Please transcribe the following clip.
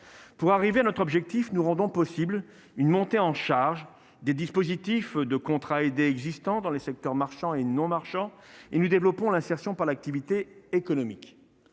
pour arriver à notre objectif, nous rendons possible une montée en charge des dispositifs de contrats aidés existants dans les secteurs marchands et non marchands et nous développons l'insertion par l'activité économique,